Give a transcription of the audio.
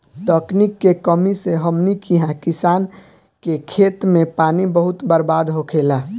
तकनीक के कमी से हमनी किहा किसान के खेत मे पानी बहुत बर्बाद होखेला